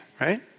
Right